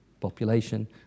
population